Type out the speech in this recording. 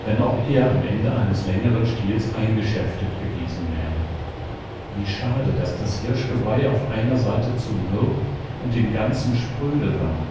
wenn auch er am ende eines längeren stiels eingeschäftet gewesen wäre wie schade daß das hirschgeweih auf einer seite zu mürb und im ganzen spröde war